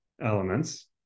elements